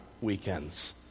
weekends